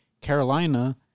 Carolina